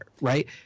right